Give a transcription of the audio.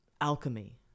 alchemy